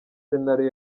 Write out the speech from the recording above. senario